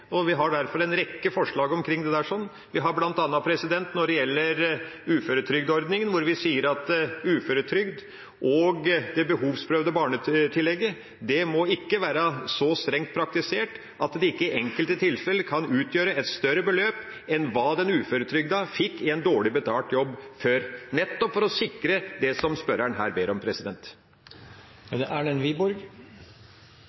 Vi har derfor en rekke forslag om det, bl.a. når det gjelder uføreordningen. Der sier vi at uføretrygd og det behovsprøvde barnetillegget ikke må være så strengt praktisert at det ikke i enkelte tilfeller kan utgjøre et større beløp enn hva den uføretrygdede fikk i en dårlig betalt jobb før, nettopp for å sikre det som spørreren her ber om.